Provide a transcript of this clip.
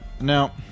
Now